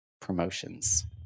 promotions